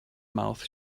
mouth